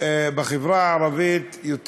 יותר